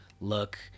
look